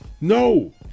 No